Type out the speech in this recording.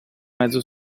mezzo